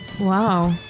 Wow